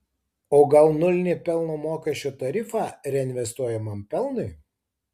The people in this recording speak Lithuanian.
o gal nulinį pelno mokesčio tarifą reinvestuojamam pelnui